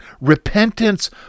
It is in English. Repentance